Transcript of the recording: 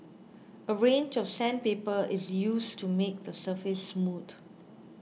a range of sandpaper is used to make the surface smooth